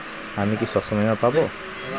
আমি কি শষ্যবীমা পাব?